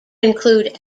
include